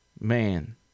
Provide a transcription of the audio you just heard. man